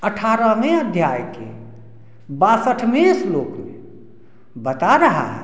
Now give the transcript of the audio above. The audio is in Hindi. अठारहवें अध्याय के बासठवें श्लोक में बता रहा है